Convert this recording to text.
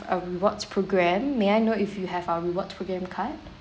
a rewards program may I know if you have our reward program card